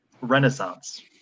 Renaissance